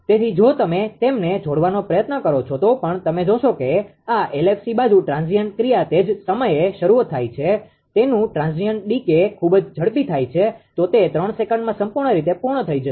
તેથી જો તમે તેમને જોડવાનો પ્રયત્ન કરો છો તો પણ તમે જોશો કે આ LFC બાજુ ટ્રાન્ઝીએન્ટ ક્રિયા તે જ સમયે શરૂ થાય છે તેનુ ટ્રાન્ઝીએન્ટ ડીકે ખૂબ જ ઝડપથી થાય છે તો તે 3 સેકન્ડમાં સંપૂર્ણ રીતે પૂર્ણ થઈ જશે